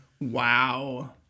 Wow